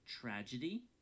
tragedy